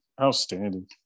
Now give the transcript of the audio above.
Outstanding